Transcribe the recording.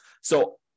So-